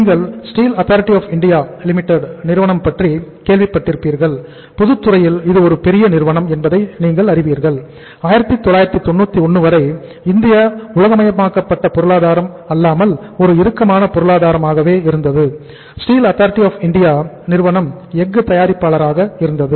நீங்கள் steel authority of India நிறுவனம் எஃகு தயாரிப்பாளராக இருந்தது